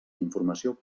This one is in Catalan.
informació